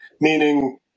meaning